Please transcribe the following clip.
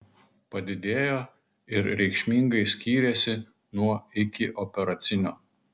padidėjo ir reikšmingai skyrėsi nuo ikioperacinio